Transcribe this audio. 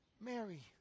Mary